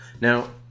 Now